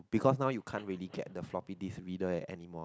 because now you can't really get the floppy disk reader at any mall